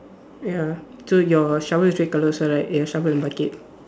ya so your shovel is red color also right ya shovel in bucket